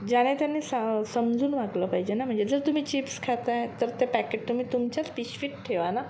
ज्याने त्याने स समजून मागलं पाहिजे ना म्हणजे जर तुम्ही चिप्स खात आहे तर ते पॅकेट तुम्ही तुमच्याच पिशवीत ठेवा ना